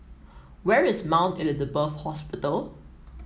where is Mount Elizabeth Hospital